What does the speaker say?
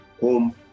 home